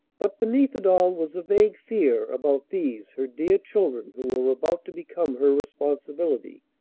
but beneath it all was a vague fear about these her dear children who were about to become her responsibility.